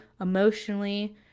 emotionally